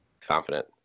Confident